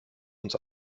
uns